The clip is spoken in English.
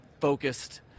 focused